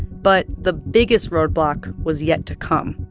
but the biggest roadblock was yet to come.